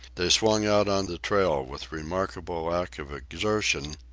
they swung out on the trail with remarkable lack of exertion,